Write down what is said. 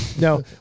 No